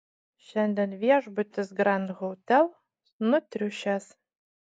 šiandien viešbutis grand hotel nutriušęs